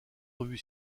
revue